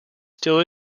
still